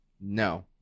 No